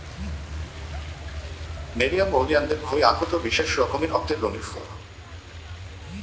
nerium ওলিয়ানদের হই আকটো বিশেষ রকমের অক্তের রঙের ফুল